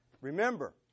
Remember